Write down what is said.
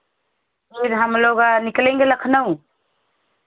फिर हम लोग निकलेंगे लखनऊ